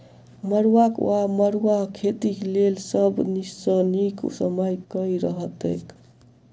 मरुआक वा मड़ुआ खेतीक लेल सब सऽ नीक समय केँ रहतैक?